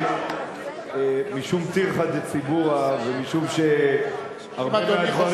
משום טרחה דציבורא ומשום שהרבה מהדברים,